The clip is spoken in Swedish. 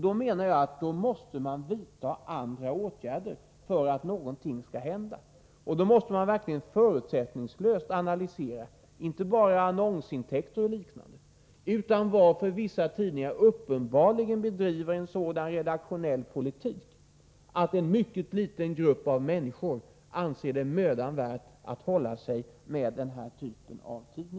Då menar jag att man måste vidta andra åtgärder för att någonting skall hända. Då måste man verkligen förutsättningslöst analysera inte bara annonsintäkter och liknande utan också varför vissa tidningar uppenbarligen bedriver en sådan redaktionell politik att endast en mycket liten grupp av människor anser det vara mödan värt att hålla sig med en tidning av den typen.